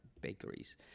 bakeries